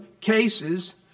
cases